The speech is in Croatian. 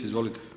Izvolite.